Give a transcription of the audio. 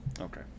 Okay